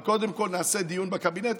קודם כול יהיה דיון בקבינט,